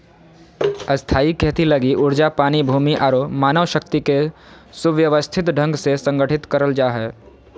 स्थायी खेती लगी ऊर्जा, पानी, भूमि आरो मानव शक्ति के सुव्यवस्थित ढंग से संगठित करल जा हय